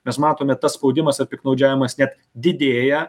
mes matome tas spaudimas ar piktnaudžiavimas net didėja